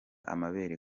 amabere